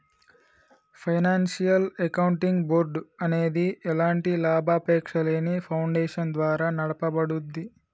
financial accounting board అనేది ఎలాంటి లాభాపేక్షలేని ఫౌండేషన్ ద్వారా నడపబడుద్ది